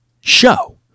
show